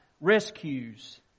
rescues